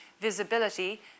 visibility